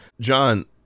john